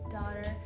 daughter